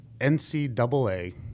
NCAA